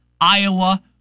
Iowa